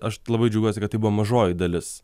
aš labai džiaugiuosi kad tai buvo mažoji dalis